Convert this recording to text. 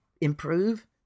improve